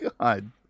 god